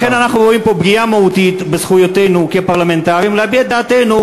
לכן אנחנו רואים פה פגיעה מהותית בזכויותינו כפרלמנטרים להביע את דעתנו,